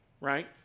Right